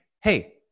Hey